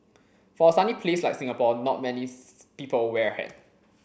for a sunny place like Singapore not many people wear a hat